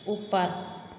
ऊपर